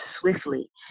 swiftly